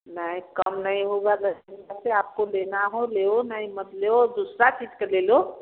नहीं कम नहीं होगा आपको लेना हो लियो नहीं मत लियो दूसरा चीज़ का ले लो